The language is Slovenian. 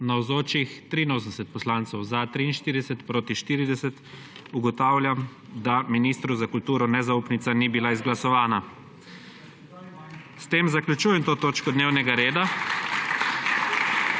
40. (Za je glasovalo 43.) (Proti 40.) Ugotavljam, da ministru za kulturo nezaupnica ni bila izglasovana. S tem zaključujem to točko dnevnega reda